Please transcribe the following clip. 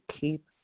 keep